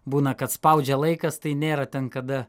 būna kad spaudžia laikas tai nėra ten kada